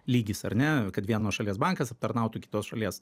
lygis ar ne kad vienos šalies bankas aptarnautų kitos šalies